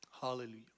Hallelujah